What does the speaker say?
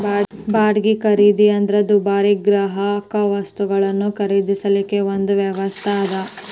ಬಾಡ್ಗಿ ಖರೇದಿ ಅಂದ್ರ ದುಬಾರಿ ಗ್ರಾಹಕವಸ್ತುಗಳನ್ನ ಖರೇದಿಸಲಿಕ್ಕೆ ಒಂದು ವ್ಯವಸ್ಥಾ ಅದ